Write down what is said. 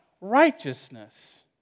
Righteousness